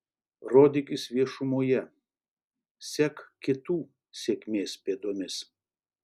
rodykis viešumoje sek kitų sėkmės pėdomis